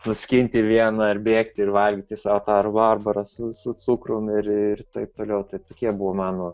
nuskinti vieną ir bėgti ir valgyti sau tą rabarbarą su cukrum ir ir taip toliau tai tai tokie buvo mano